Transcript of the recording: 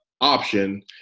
Option